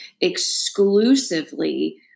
exclusively